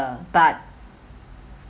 but